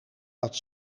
dat